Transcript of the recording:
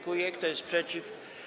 Kto jest przeciw?